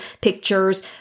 pictures